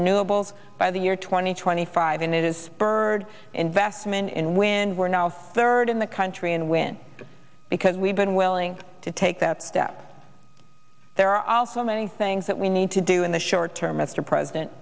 renewables by the year twenty twenty five and it is spurred investment in when we're now third in the country and when because we've been willing to take that step there are also many things that we need to do in the short term mr president